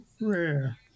rare